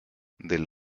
del